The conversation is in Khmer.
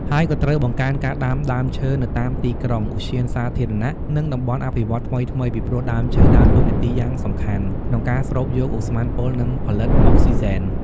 ហើយក៏ត្រូវបង្កើនការដាំដើមឈើនៅតាមទីក្រុង ឧទ្យានសាធារណៈ និងតំបន់អភិវឌ្ឍន៍ថ្មីៗ ពីព្រោះដើមឈើដើរតួនាទីយ៉ាងសំខាន់ក្នុងការស្រូបយកឧស្ម័នពុល និងផលិតអុកស៊ីហ្សែន។